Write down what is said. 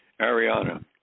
Ariana